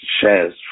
shares